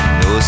no